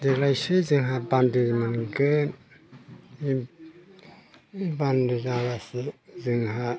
देग्लायसो जोंहा बान्दो मोनगोन बान्दो जाब्लासो जोंहा